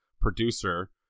producer